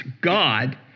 God